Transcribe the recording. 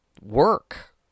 work